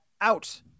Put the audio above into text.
out